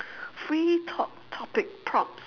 free talk topic prompts